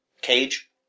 Cage